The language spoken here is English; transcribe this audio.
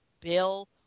Bill